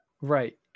Right